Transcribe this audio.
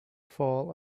fall